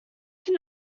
can